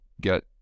get